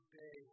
day